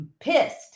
pissed